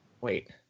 Wait